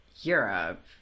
Europe